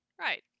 Right